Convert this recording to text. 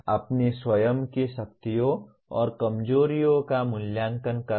अपनी स्वयं की शक्तियों और कमजोरियों का मूल्यांकन करना